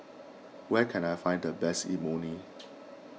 where can I find the best Imoni